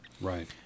Right